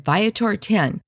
Viator10